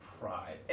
pride